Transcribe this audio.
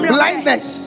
Blindness